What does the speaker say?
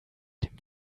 dem